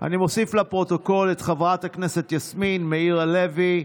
מוסיף לפרוטוקול את חברת הכנסת יסמין, מאיר הלוי,